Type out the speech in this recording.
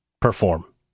perform